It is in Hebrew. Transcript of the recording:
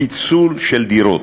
פיצול דירות.